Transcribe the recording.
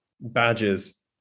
badges